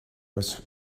was